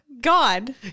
God